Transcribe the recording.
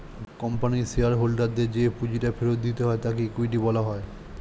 কোম্পানির শেয়ার হোল্ডারদের যে পুঁজিটা ফেরত দিতে হয় তাকে ইকুইটি বলা হয়